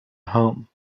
home